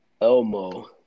Elmo